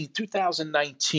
2019